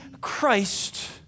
Christ